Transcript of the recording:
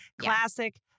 classic